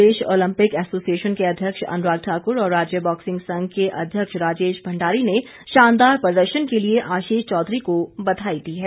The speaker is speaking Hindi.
प्रदेश ओलम्पिक एसोसिएशन के अध्यक्ष अन्राग ठाक्र और राज्य बॉक्सिंग संघ के अध्यक्ष राजेश भंडारी ने शानदार प्रदर्शन के लिए आशीष चौधरी को बधाई दी है